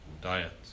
diets